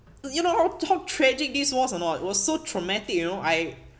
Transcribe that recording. you know how how tragic this was or not it was so traumatic you know I